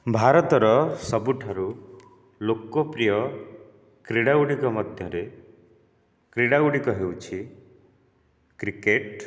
ଭାରତର ସବୁଠାରୁ ଲୋକପ୍ରିୟ କ୍ରୀଡ଼ା ଗୁଡ଼ିକ ମଧ୍ୟରେ କ୍ରୀଡ଼ା ଗୁଡ଼ିକ ହେଉଛି କ୍ରିକେଟ